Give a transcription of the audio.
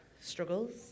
struggles